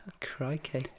Crikey